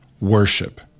worship